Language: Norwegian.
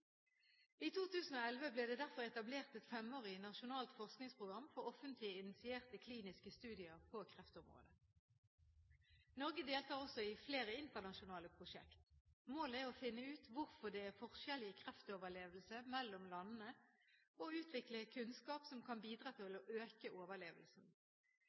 I 2011 ble det derfor etablert et femårig nasjonalt forskningsprogram for offentlig initierte kliniske studier på kreftområdet. Norge deltar også i flere internasjonale prosjekter. Målet er å finne ut hvorfor det er forskjell i kreftoverlevelse mellom landene, og å utvikle kunnskap som kan bidra til å øke overlevelsen.